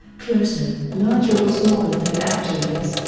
closer, larger or smaller than it actually is.